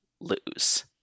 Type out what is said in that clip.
lose